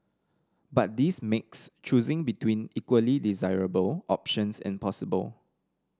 but this makes choosing between equally desirable options impossible